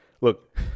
Look